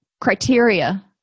criteria